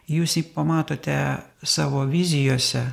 jūs jį pamatote savo vizijose